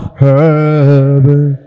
heaven